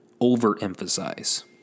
overemphasize